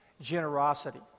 generosity